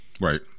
Right